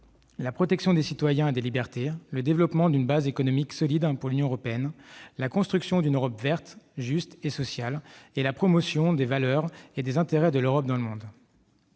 la protection des citoyens et des libertés, le développement d'une base économique solide pour l'Union européenne, la construction d'une Europe verte, juste et sociale et la promotion des valeurs et des intérêts de l'Europe dans le monde.